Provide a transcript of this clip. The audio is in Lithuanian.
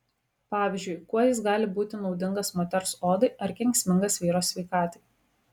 pavyzdžiui kuo jis gali būti naudingas moters odai ar kenksmingas vyro sveikatai